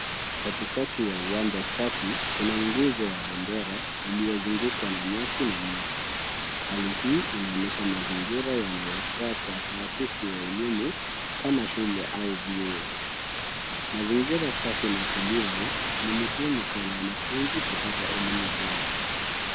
Katikati ya uwanja safi, kuna nguzo ya bendera iliyozungukwa na nyasi na miti. Hali hii inaonyesha mazingira yaliyofaa kwa taasisi ya elimu kama shule au vyuo. Mazingira safi na tulivu, ni muhimu kwa mwanafunzi kupata elimu bora.